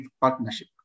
partnership